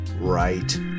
right